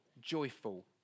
joyful